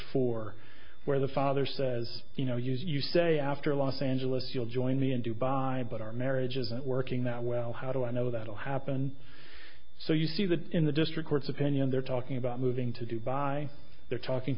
four where the father says you know use you say after los angeles you'll join me in dubai but our marriage isn't working that well how do i know that will happen so you see that in the district court's opinion they're talking about moving to dubai they're talking